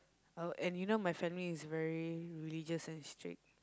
I would and you know my family is very religious and strict